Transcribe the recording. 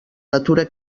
natura